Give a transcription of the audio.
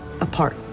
apart